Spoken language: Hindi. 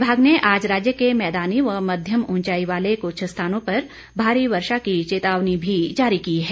विभाग ने आज राज्य के मैदानी व मध्यम उंचाई वाले कुछ स्थानों पर भारी वर्षा की चेतावनी भी जारी की है